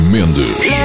Mendes